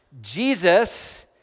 Jesus